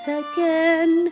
again